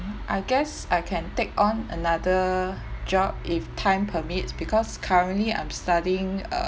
I guess I can take on another job if time permits because currently I'm studying